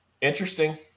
interesting